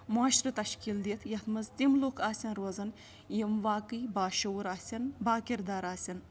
معاشرٕ تشکیٖل دِتھ یَتھ منٛز تِم لُکھ آسَن روزان یِم واقٕعے باشعوٗر آسَن باکِردار آسَن